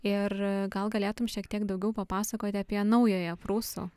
ir gal galėtum šiek tiek daugiau papasakoti apie naująją prūsų